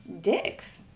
dicks